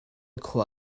khua